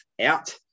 out